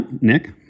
Nick